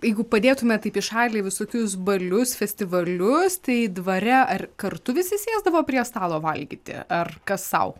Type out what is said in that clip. jeigu padėtume taip į šalį visokius balius festivalius tai dvare ar kartu visi sėsdavo prie stalo valgyti ar kas sau